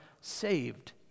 saved